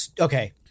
Okay